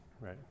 right